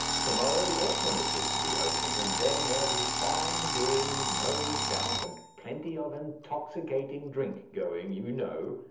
to-morrow the orphanage is to be opened, and then there'll be fine doings, no doubt, and plenty of intoxicating drink going, you know.